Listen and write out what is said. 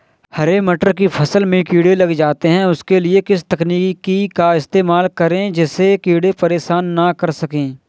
हरे मटर की फसल में कीड़े लग जाते हैं उसके लिए किस तकनीक का इस्तेमाल करें जिससे कीड़े परेशान ना कर सके?